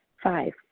Five